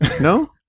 no